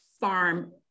farm